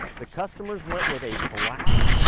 the customers went with a black.